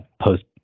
post